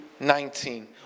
19